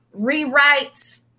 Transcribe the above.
Rewrites